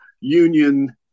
union